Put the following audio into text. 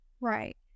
Right